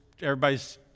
everybody's